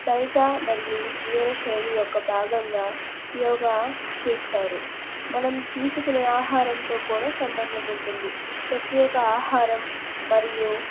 diet మరియు జీవన శైలి యొక్క భాగంగా యోగా చేస్తారు మనం తీసుకునే ఆహారంతో కూడా సంబంధం ఉంటుంది ప్రత్యేక ఆహారం మరియు